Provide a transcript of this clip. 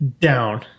down